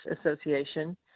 Association